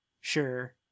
sure